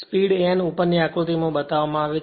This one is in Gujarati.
સ્પીડ n ઉપરની આકૃતિમાં બતાવવામાં આવે છે